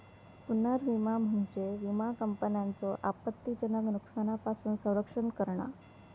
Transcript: पुनर्विमा म्हणजे विमा कंपन्यांचो आपत्तीजनक नुकसानापासून संरक्षण करणा